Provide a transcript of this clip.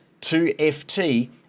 2FT